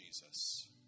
Jesus